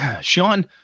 Sean